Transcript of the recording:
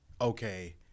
okay